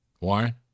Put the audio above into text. Warren